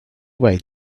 wait